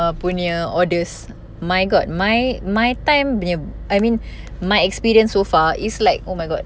punya orders my god my my time bila I mean my experience so far is like oh my god